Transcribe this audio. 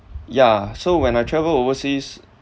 yeah so when I travel overseas